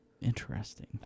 Interesting